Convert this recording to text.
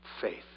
Faith